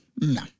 No